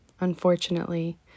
unfortunately